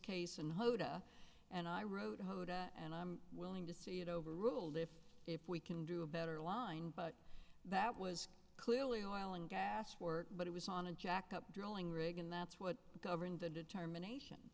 case and hoda and i wrote hoda and i'm willing to see it overruled if if we can do a better line but that was clearly oil and gas work but it was on a jacked up drilling rig and that's what governed the determination